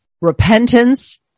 Repentance